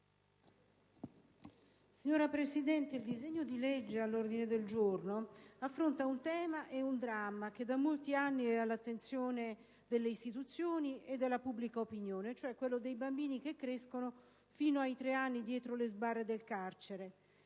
Signora Presidente, il disegno di legge in esame affronta un tema e un dramma che da molti anni è all'attenzione delle istituzioni e della pubblica opinione, cioè quello dei bambini che crescono fino ai tre anni dietro le sbarre del carcere: